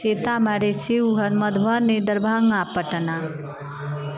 Sitamarhi Sheohar Madhubani Darbhanga Patna